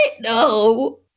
No